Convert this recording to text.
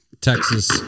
Texas